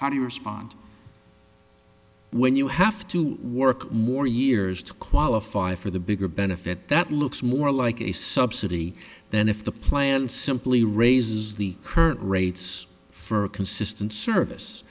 you respond when you have to work more years to qualify for the bigger benefit that looks more like a subsidy than if the plan simply raises the current rates for consistent service